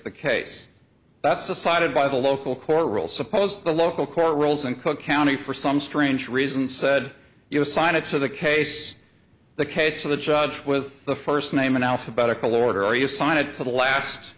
the case that's decided by the local court rules suppose the local court rules in cook county for some strange reason said you assign it to the case the case of the judge with the first name in alphabetical order or you sign it to the last